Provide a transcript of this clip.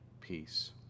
peace